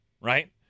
right